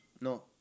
No